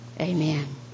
Amen